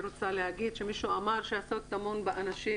מישהו אמר שהסוד טמון באנשים,